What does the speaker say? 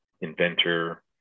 inventor